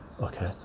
okay